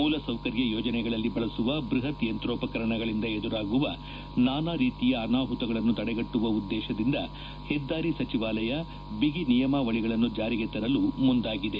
ಮೂಲಸೌಕರ್ಯ ಯೋಜನೆಗಳಲ್ಲಿ ಬಳಸುವ ಬ್ಬಹತ್ ಯಂತ್ರೋಪಕರಣಗಳಿಂದ ಎದುರಾಗುವ ನಾನಾ ರೀತಿಯ ಅನಾಹುತಗಳನ್ನು ತಡೆಗಟ್ಟುವ ಉದ್ಲೇಶದಿಂದ ಹೆದ್ದಾರಿ ಸಚಿವಾಲಯ ಬಿಗಿ ನಿಯಮಾವಳಿಗಳನ್ನು ಜಾರಿಗೆತರಲು ಮುಂದಾಗಿದೆ